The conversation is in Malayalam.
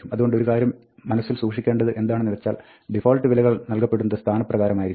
അതുകൊണ്ട് ഒരു കാര്യം മനസ്സിൽ സൂക്ഷിക്കേണ്ടത് എന്താണെന്ന് വെച്ചാൽ ഡിഫാൾട്ട് വിലകൾ നൽകപ്പെടുന്നത് സ്ഥാനപ്രകാരമായിരിക്കും